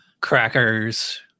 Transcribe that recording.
crackers